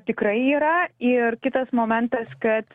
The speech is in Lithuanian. tikrai yra ir kitas momentas kad